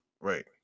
Right